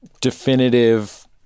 definitive